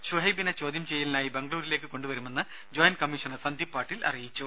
ഷുഹൈബിനെ ചോദ്യം ചെയ്യലിനായി ബെങ്കളൂരുവിലേക്ക് കൊണ്ടുവരുമെന്ന് ജോയന്റ് കമ്മീഷണർ സന്ദീപ് പാട്ടീൽ അറിയിച്ചു